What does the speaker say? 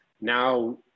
Now